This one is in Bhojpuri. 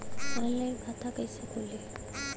ऑनलाइन खाता कइसे खुली?